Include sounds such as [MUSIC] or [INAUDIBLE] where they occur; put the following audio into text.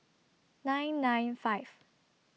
nine nine five [NOISE]